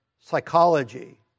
psychology